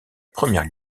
première